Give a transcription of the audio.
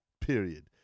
period